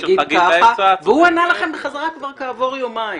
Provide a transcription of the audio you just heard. והוא ענה לכם כעבור יומיים.